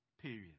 period